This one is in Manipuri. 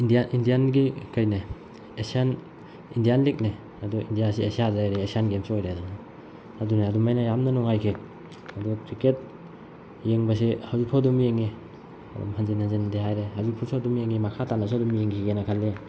ꯏꯟꯗꯤꯌꯥ ꯏꯟꯗꯤꯌꯟꯒꯤ ꯀꯩꯅꯦ ꯑꯦꯁꯤꯌꯥꯟ ꯏꯟꯗꯤꯌꯟ ꯂꯤꯛꯅꯦ ꯑꯗꯣ ꯏꯟꯗꯤꯌꯥꯁꯦ ꯑꯦꯁꯤꯌꯥꯗ ꯂꯩꯔꯦ ꯑꯦꯁꯤꯌꯥꯟ ꯒꯦꯝꯁꯨ ꯑꯣꯏꯔꯦꯗꯅ ꯑꯗꯨꯅꯦ ꯑꯗꯨꯃꯥꯏꯅ ꯌꯥꯝꯅ ꯅꯨꯡꯉꯥꯏꯈꯤ ꯑꯗꯨ ꯀ꯭ꯔꯤꯀꯦꯠ ꯌꯦꯡꯕꯁꯤ ꯍꯧꯖꯤꯛꯐꯥꯎ ꯑꯗꯨꯝ ꯌꯦꯡꯉꯤ ꯑꯗꯨꯝ ꯍꯟꯖꯤꯟ ꯍꯟꯖꯤꯟꯅꯗꯤ ꯍꯥꯏꯔꯦ ꯍꯧꯖꯤꯛ ꯐꯥꯎꯁꯨ ꯑꯗꯨꯝ ꯌꯦꯡꯉꯤ ꯃꯈꯥ ꯇꯥꯅꯁꯨ ꯑꯗꯨꯝ ꯌꯦꯡꯈꯤꯒꯦꯅ ꯈꯜꯂꯦ